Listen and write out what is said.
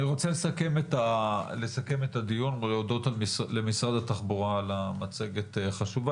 אני רוצה לסכם את הדיון ולהודות למשרד התחבורה על המצגת החשובה,